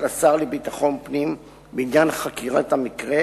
לשר לביטחון פנים בעניין חקירת המקרה,